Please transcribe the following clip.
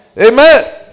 Amen